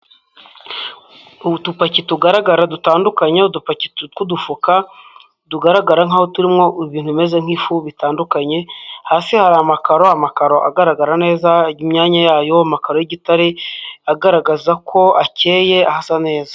Utupaki tugaragara dutandukanye, udupaki tw'udufuka, tugaragara nk'aho turimo ibintu bimeze nk'ifu bitandukanye, hasi hari amakaro, amakaro agaragara neza imyanya yayo, amakaro y'igitare, agaragaza ko akeye asa neza.